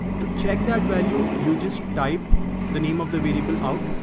to check that value. you just type the name of the variable out,